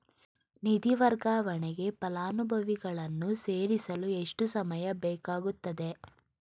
ನಿಧಿ ವರ್ಗಾವಣೆಗೆ ಫಲಾನುಭವಿಗಳನ್ನು ಸೇರಿಸಲು ಎಷ್ಟು ಸಮಯ ಬೇಕಾಗುತ್ತದೆ?